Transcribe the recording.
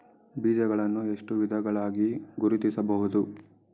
ಬೀಜಗಳನ್ನು ಎಷ್ಟು ವಿಧಗಳಾಗಿ ಗುರುತಿಸಬಹುದು?